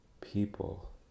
people